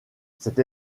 cette